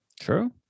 True